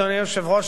אדוני היושב-ראש,